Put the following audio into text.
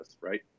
right